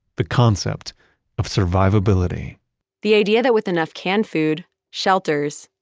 the concept of survivability the idea that with enough canned food, shelters,